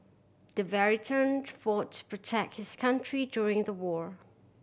the fought to protect his country during the war